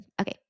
Okay